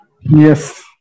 Yes